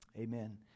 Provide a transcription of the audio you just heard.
Amen